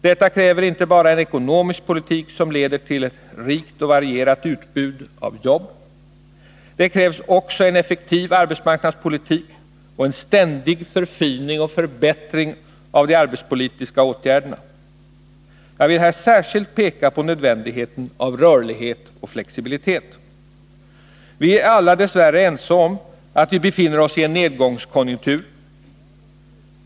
Detta kräver inte bara en ekonomisk politik som leder till ett rikt och varierat utbud av jobb. Det krävs också en effektiv arbetsmarknadspolitik och en ständig förfining och förbättring av de arbetsmarknadspolitiska åtgärderna. Jag vill här särskilt peka på nödvändig heten av rörlighet och flexibilitet. Vi är alla dess värre ense om att vi befinner oss i en nedgångskonjunktur.